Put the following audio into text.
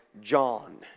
John